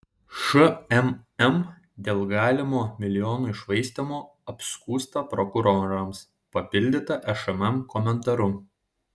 šmm dėl galimo milijonų iššvaistymo apskųsta prokurorams papildyta šmm komentaru